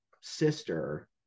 sister